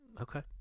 Okay